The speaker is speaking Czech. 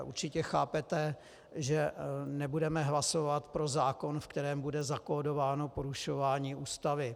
Určitě chápete, že nebudeme hlasovat pro zákon, ve kterém bude zakódováno porušování Ústavy.